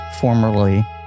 formerly